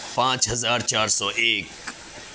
پانچ ہزار چار سو ایک